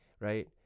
right